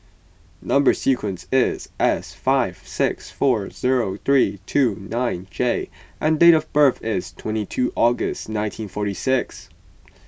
Number Sequence is S five six four zero three two nine J and date of birth is twenty two August nineteen forty six